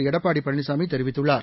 எடப்பாடிபழனிசாமிதெரிவித்துள்ளார்